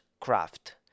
craft